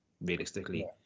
realistically